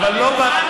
אדוני סגן השר,